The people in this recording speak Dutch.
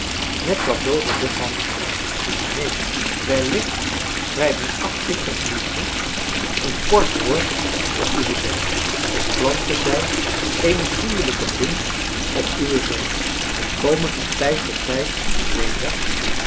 met dat doode lichaam gedaan maar neen wellicht schrijven achting of liefde een kort woord op uwe zerk of planten zij eene vriendelijke bloem op uwe zode en komen van tijd tot tijd weder